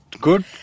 good